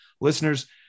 listeners